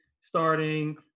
starting